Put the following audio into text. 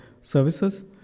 services